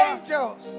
Angels